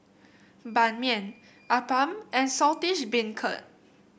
Ban Mian appam and Saltish Beancurd